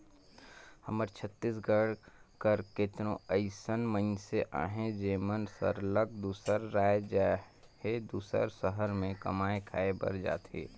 हमर छत्तीसगढ़ कर केतनो अइसन मइनसे अहें जेमन सरलग दूसर राएज चहे दूसर सहर में कमाए खाए बर जाथें